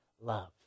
love